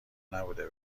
نبوده